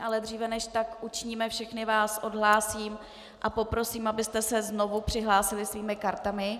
Ale dříve než tak učiníme, všechny vás odhlásím a poprosím, abyste se znovu přihlásili svými kartami.